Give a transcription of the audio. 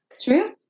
True